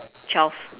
twelve